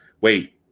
wait